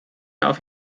darf